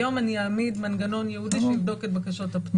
היום אני אעמיד מנגנון ייעודי שיבדוק את מנגנון הפטור.